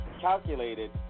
calculated